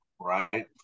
right